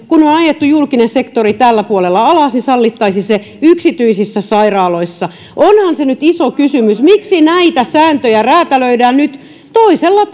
kun on on ajettu julkinen sektori tällä puolella alas sallittaisiin leikkaaminen yksityisissä sairaaloissa onhan se nyt iso kysymys miksi näitä sääntöjä räätälöidään nyt toisella